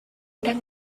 gran